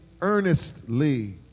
earnestly